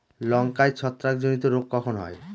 লঙ্কায় ছত্রাক জনিত রোগ কখন হয়?